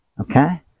Okay